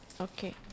Okay